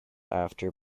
after